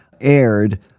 aired